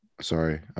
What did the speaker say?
Sorry